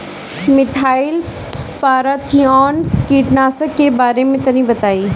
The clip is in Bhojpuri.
मिथाइल पाराथीऑन कीटनाशक के बारे में तनि बताई?